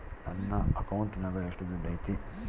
ನನ್ನ ಅಕೌಂಟಿನಾಗ ಎಷ್ಟು ದುಡ್ಡು ಐತಿ?